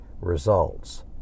results